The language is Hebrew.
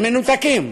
אתם מנותקים,